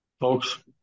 Folks